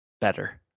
better